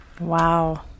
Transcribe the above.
Wow